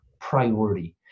priority